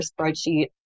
spreadsheet